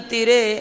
Tire